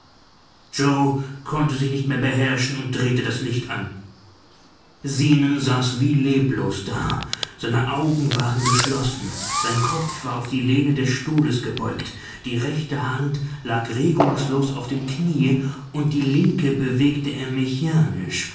yoe konnte sich nicht mehr beherrschen und drehte das licht an zenon saß wie leblos da seine augen waren geschlossen sein kopf war auf die lehne des stuhles gebeugt die rechte hand lag regungslos auf dem knie und die linke bewegte er mechanisch